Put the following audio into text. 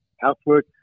housework